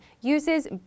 uses